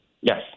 yes